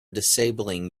disabling